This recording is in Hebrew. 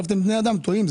בני אדם טועים,